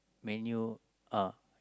Man-U ah